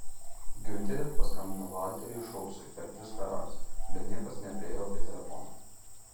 giunteris paskambino valteriui šulcui per tris karalius bet niekas nepriėjo prie telefono